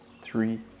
three